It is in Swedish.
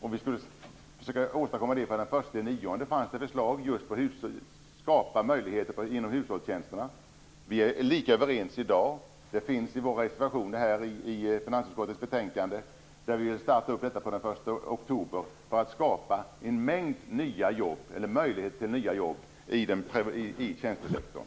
Det fanns förslag om att åstadkomma det från den 1 september genom att skapa möjligheter för detta inom hushållstjänsterna. Vi är lika överens i dag. Det finns i vår reservation i finansutskottets betänkande. Vi vill starta upp detta från den 1 oktober för att skapa möjligheter till nya jobb i tjänstesektorn.